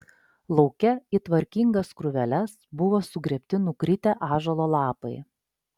lauke į tvarkingas krūveles buvo sugrėbti nukritę ąžuolo lapai